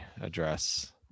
address